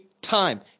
time